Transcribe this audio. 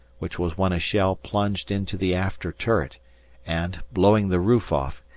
which was when a shell plunged into the after turret and, blowing the roof off,